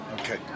Okay